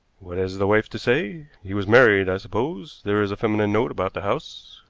what has the wife to say? he was married, i suppose? there is a feminine note about the house.